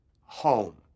home